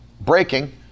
breaking